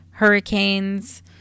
hurricanes